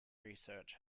research